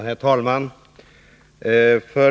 Herr talman!